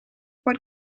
what